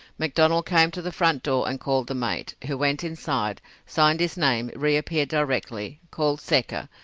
mcdonnell came to the front door and called the mate, who went inside, signed his name, re-appeared directly, called secker,